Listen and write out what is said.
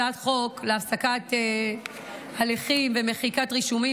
הצעת החוק להפסקת הליכים ומחיקת רישומים